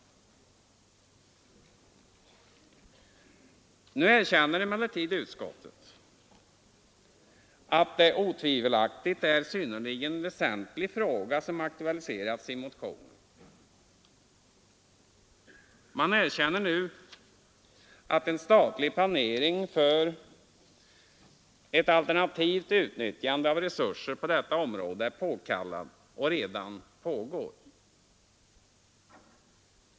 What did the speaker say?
Nu erkänner emellertid utskottet att det otvivelaktigt är en synnerligen väsentlig fråga som aktualiserats i motionerna. Man erkänner nu att en statlig planering för ett alternativt utnyttjande av resurser på detta område är påkallad och redan pågår.